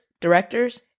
directors